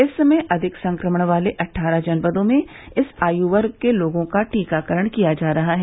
इस समय अधिक संक्रमण वाले अट्ठारह जनपदों में इस आयु वर्ग के लोगों का टीकाकरण किया जा रहा है